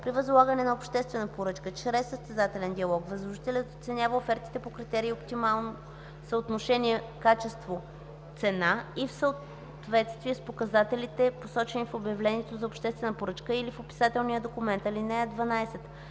При възлагане на обществена поръчка чрез състезателен диалог възложителят оценява офертите по критерия оптимално съотношение качество/цена и в съответствие с показателите, посочени в обявлението за обществена поръчка или в описателния документ. (12)